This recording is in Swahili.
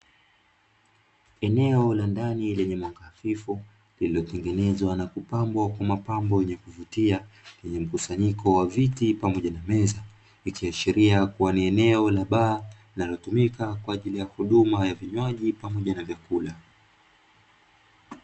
Eneo la ndani lenye mwanga hafifu lililotengenezwa na kupambwa kwa mapambo yenye kuvutia lenye mkusanyiko wa viti pamoja na meza, ikiashiria kuwa ni eneo la baa linalotumika kwa ajili ya huduma ya vinywaji pamoja na vyakula.